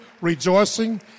rejoicing